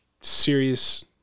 serious